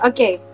Okay